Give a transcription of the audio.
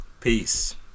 peace